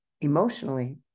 emotionally